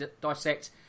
dissect